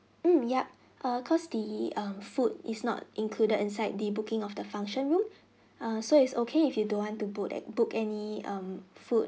mm yup err cause the um food is not included inside the booking of the function room err so it's okay if you don't want to book at book any um food